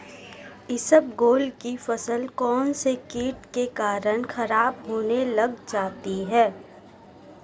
इसबगोल की फसल कौनसे कीट के कारण खराब होने लग जाती है?